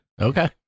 Okay